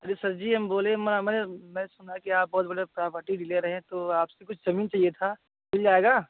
अरे सर जी हम बोले मेरा मैं सुना कि आप बहुत बड़े प्रोपर्टी डीलर हैं तो आप से कुछ ज़मीन चाहिए था मिल जाएगा